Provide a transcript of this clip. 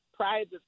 prides